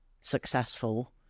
successful